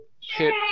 hit